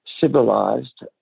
civilized